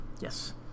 Yes